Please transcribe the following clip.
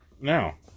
now